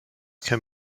can